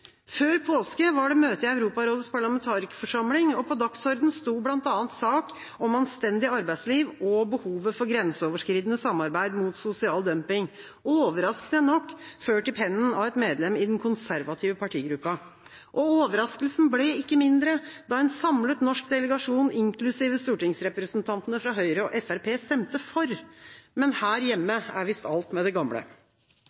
Før påske var det møte i Europarådets parlamentarikerforsamling. På dagsordenen sto bl.a. en sak om anstendig arbeidsliv og behovet for grenseoverskridende samarbeid mot sosial dumping, overraskende nok ført i pennen av et medlem i den konservative partigruppa. Overraskelsen ble ikke mindre da en samlet norsk delegasjon, inklusive stortingsrepresentantene fra Høyre og Fremskrittspartiet, stemte for! Men her hjemme